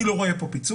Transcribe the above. אני לא רואה כאן פיצוי.